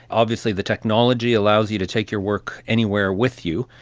obviously the technology allows you to take your work anywhere with you,